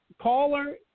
Caller